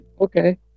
Okay